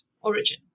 origin